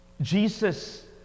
Jesus